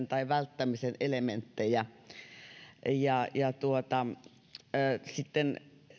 tai välttämisen elementtejä ja sitten